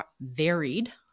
varied